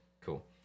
Cool